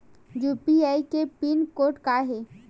UPI के pin code का हे?